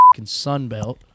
Sunbelt